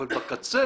אבל בקצה